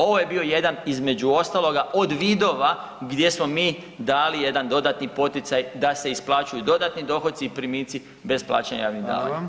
Ovo je bio jedan između ostaloga od vidova gdje smo mi dali jedan dodatni poticaj da se isplaćuju dodatni dohoci i primici bez plaćanja javnih davanja.